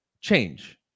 change